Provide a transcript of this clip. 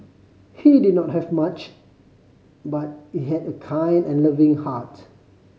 he did not have much but he had a kind and loving heart